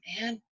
man